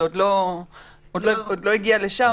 זה עוד לא הגיע לשם.